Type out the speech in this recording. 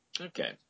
okay